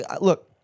look